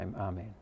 Amen